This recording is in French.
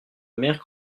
mère